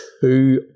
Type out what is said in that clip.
two